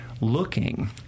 looking